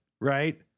right